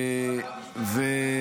אתה יכול.